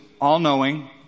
all-knowing